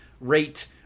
rate